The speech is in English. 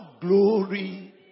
glory